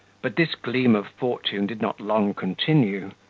but this gleam of fortune did not long continue.